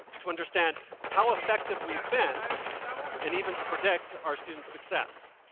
to understand how effective we've been and even to predict our student's success.